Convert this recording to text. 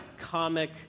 comic